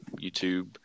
YouTube